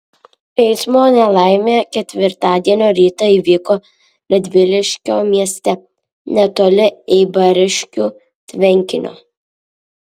eismo nelaimė ketvirtadienio rytą įvyko radviliškio mieste netoli eibariškių tvenkinio